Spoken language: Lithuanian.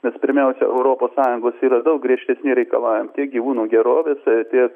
nes pirmiausia europos sąjungos yra daug griežtesni reikalavim tiek gyvūnų gerovės tiek